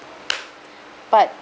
part